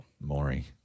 Maury